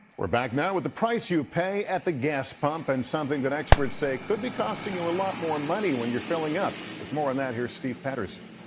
we're back now with the price you pay at the gas pump, and something that experts say could be costing you a lot more money when you're filling up. with more on that here is steve patterson.